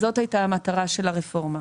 שזאת הייתה המטרה של הרפורמה.